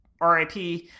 RIP